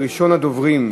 ראשון הדוברים,